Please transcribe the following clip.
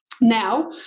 Now